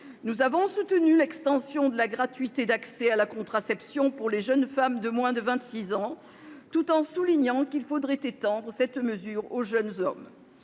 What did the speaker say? Nous avons soutenu l'extension de la gratuité d'accès à la contraception pour les jeunes femmes de moins de vingt-six ans, tout en soulignant qu'il faudrait étendre cette mesure aux jeunes hommes.